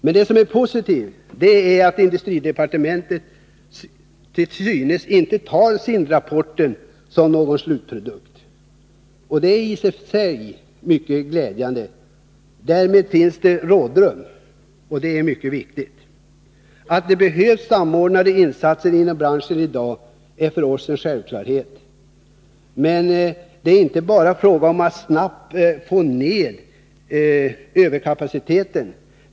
Men det som är positivt är att industridepartementet till synes inte tar SIND-rapporten som någon slutprodukt. Det är i sig mycket glädjande. Därmed finns det rådrum. Det är mycket viktigt. Att det behövs samordnande insatser inom branschen i dag är för oss en självklarhet. Men det är inte bara fråga om att snabbt få ned överkapaciteten.